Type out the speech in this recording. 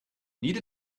need